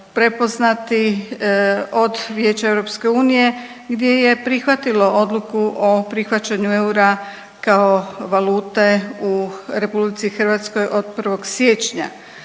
prepoznati od Vijeća EU gdje je prihvatilo odluku o prihvaćanju eura kao valute u Republici Hrvatskoj od 1. siječnja.